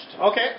Okay